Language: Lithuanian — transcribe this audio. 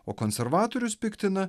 o konservatorius piktina